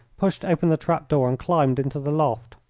pushed open the trap-door, and climbed into the loft.